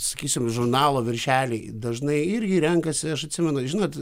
sakysim žurnalo viršeliai dažnai irgi renkasi aš atsimenu žinot